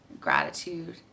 gratitude